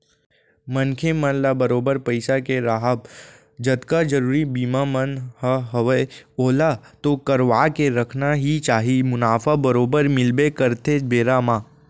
मनखे मन ल बरोबर पइसा के राहब जतका जरुरी बीमा मन ह हवय ओला तो करवाके रखना ही चाही मुनाफा बरोबर मिलबे करथे बेरा म